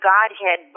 Godhead